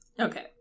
Okay